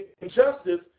injustice